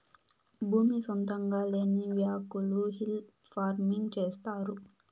భూమి సొంతంగా లేని వ్యకులు హిల్ ఫార్మింగ్ చేస్తారు